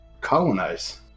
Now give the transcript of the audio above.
colonize